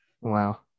Wow